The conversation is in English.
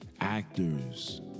Actors